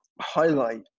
highlight